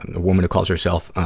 a woman who calls herself, ah,